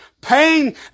Pain